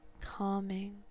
calming